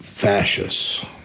fascists